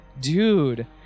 Dude